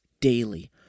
daily